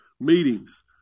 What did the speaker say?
meetings